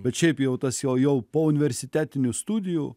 bet šiaip jau tas jo jau po universitetinių studijų